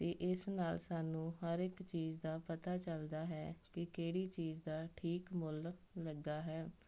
ਅਤੇ ਇਸ ਨਾਲ ਸਾਨੂੰ ਹਰ ਇੱਕ ਚੀਜ਼ ਦਾ ਪਤਾ ਚੱਲਦਾ ਹੈ ਕਿ ਕਿਹੜੀ ਚੀਜ਼ ਦਾ ਠੀਕ ਮੁੱਲ ਲੱਗਾ ਹੈ